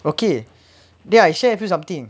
okay then I share with you something